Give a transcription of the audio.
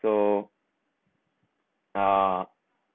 so uh